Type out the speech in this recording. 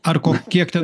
ar ko kiek ten